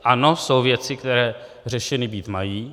Ano, jsou věci, které řešeny být mají.